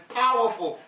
powerful